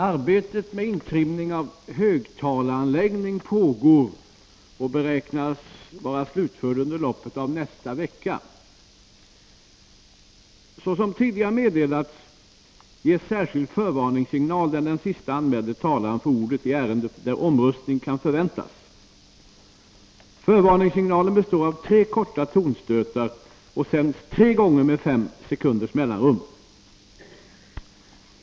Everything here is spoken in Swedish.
Arbetet med intrimning av högtalaranläggningen pågår och beräknas vara slutfört under loppet av nästa vecka. Såsom tidigare meddelats ges särskild förvarningssignal när den sist anmälde talaren får ordet i ärende där omröstning kan förväntas. Förvarningssignalen består av tre korta tonstötar och sänds tre gånger med fem sekunders mellanrum.